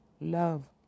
love